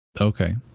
Okay